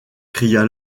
cria